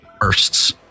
bursts